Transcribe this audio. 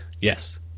Yes